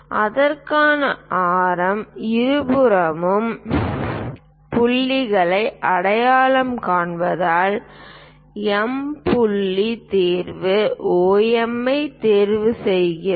அதற்காக ஆரம் இருபுறமும் புள்ளியை அடையாளம் காண்பதால் எம் புள்ளி தேர்வு OM ஐ தேர்வு செய்கிறோம்